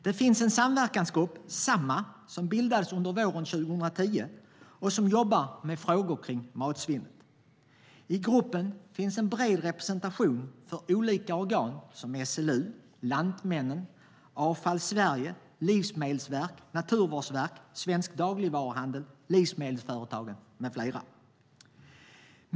Det finns en samverkansgrupp, Samma, som bildades våren 2010 och som jobbar med frågor om matsvinnet. I gruppen finns en bred representation för olika organ som SLU, Lantmännen, Avfall Sverige, Livsmedelsverket, Naturvårdsverket, Svensk Dagligvaruhandel, Livsmedelsföretagen med flera.